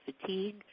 fatigue